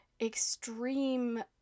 extreme